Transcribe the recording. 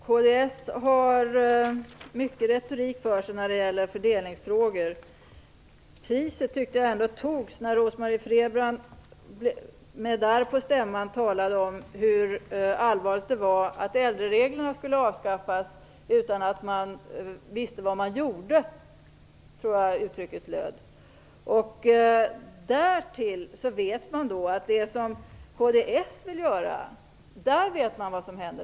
Fru talman! Kds har mycket retorik för sig när det gäller fördelningsfrågor. Priset tyckte jag ändå togs när Rose-Marie Frebran med darr på stämman talade om hur allvarligt det var att äldrereglerna skulle ändras utan att man visste vad man gjorde, tror jag uttrycket löd. Därtill hör att vi vet vad som händer om vi gör som kds vill göra.